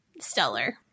stellar